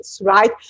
right